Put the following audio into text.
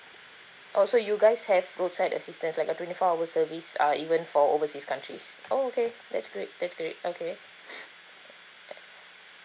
oh so you guys have roadside assistance like a twenty four hour service uh even for overseas countries oh okay that's great that's great okay